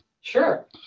sure